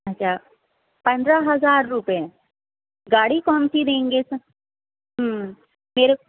اچھا پندرہ ہزار روپئے گاڑی کون سی دیں گے سہ ہوں پھر